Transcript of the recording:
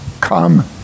come